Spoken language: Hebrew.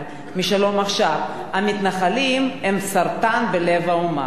מ"שלום עכשיו": "המתנחלים הם סרטן בלב האומה".